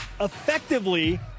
effectively